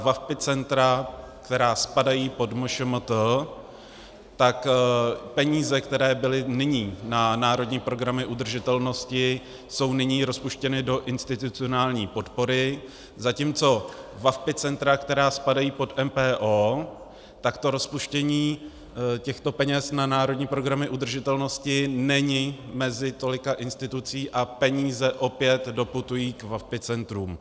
VaVpI centra, která spadají pod MŠMT peníze, které byly nyní na národní programy udržitelnosti, jsou nyní rozpuštěny do institucionální podpory, zatímco VaVpI centra, která spadají pod MPO, to rozpuštění těchto peněz na národní programy udržitelnosti není mezi tolika institucemi a peníze opět doputují k VaVpI centrům.